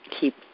keep